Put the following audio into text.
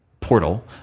Portal